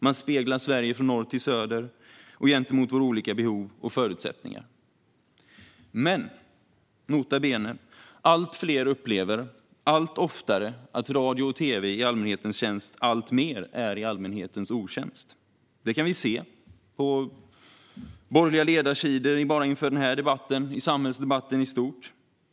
Man speglar Sverige från norr till söder och gentemot våra olika behov och förutsättningar. Men - nota bene - allt fler upplever allt oftare att radio och tv i allmänhetens tjänst alltmer är i allmänhetens otjänst. Det har vi kunnat se på borgerliga ledarsidor bara inför den här debatten och i samhällsdebatten i stort.